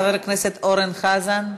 חבר הכנסת אורן חזן,